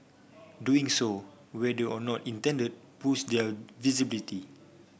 doing so whether or not intended boost their visibility